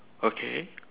okay